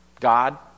God